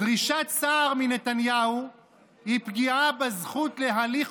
דרישת סער מנתניהו היא פגיעה בזכות להליך